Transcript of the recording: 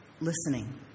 listening